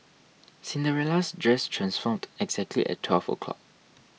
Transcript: Cinderella's dress transformed exactly at twelve o'clock